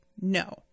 no